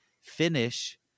finish